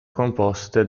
composte